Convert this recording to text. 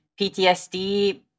PTSD